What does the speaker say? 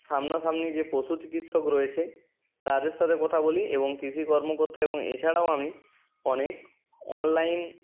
সামনাসামনি যে পশু চিকিৎসক রয়েছে তাদের সাথে কথা বলি এবং কৃষি কর্মকর্তা এবং এছাড়াও আমি অনেক অনলাইন